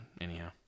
anyhow